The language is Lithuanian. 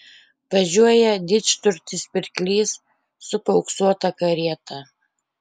važiuoja didžturtis pirklys su paauksuota karieta